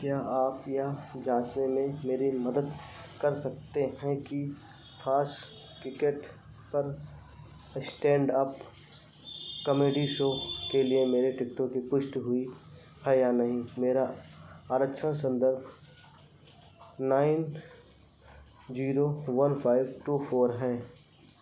क्या आप यह जांचने में मेरी मदद कर सकते हैं कि फ़ास्ट टिकेट पर स्टैंडअप कॉमेडी शो के लिए मेरे टिकटों की पुष्टि हुई है या नहीं मेरा आरक्षण संदर्भ nine zero one five two four है